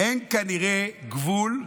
אין כנראה גבול לצביעות,